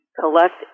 Collect